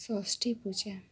ଷଷ୍ଠୀପୂଜା